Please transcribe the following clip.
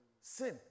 sin